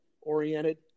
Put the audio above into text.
oriented